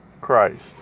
christ